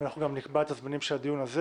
אנחנו גם נקבע את הזמנים של הדיון הזה